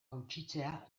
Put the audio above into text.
gutxitzea